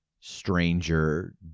stranger